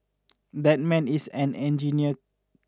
that man is an engineer